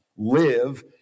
live